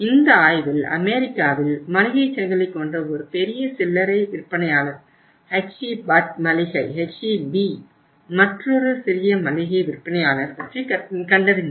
இந்த ஆய்வில் அமெரிக்காவில் மளிகை சங்கிலி கொண்ட ஒரு பெரிய சில்லறை விற்பனையாளர் HE Butt மளிகை HEB மற்றோரு சிறிய மளிகை விற்பனையாளர் பற்றி கண்டறிந்தனர்